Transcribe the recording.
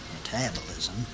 metabolism